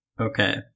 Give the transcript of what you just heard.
Okay